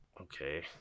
okay